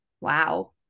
Wow